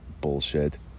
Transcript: bullshit